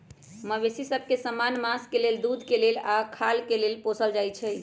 मवेशि सभ के समान्य मास के लेल, दूध के लेल आऽ खाल के लेल पोसल जाइ छइ